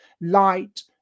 Light